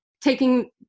taking